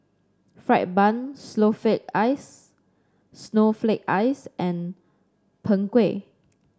fried bun Snowflake Ice Snowflake Ice and Png Kueh